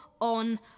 On